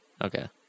Okay